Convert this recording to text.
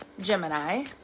Gemini